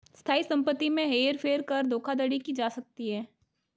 स्थायी संपत्ति में हेर फेर कर धोखाधड़ी की जा सकती है